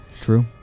true